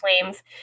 flames